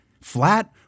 flat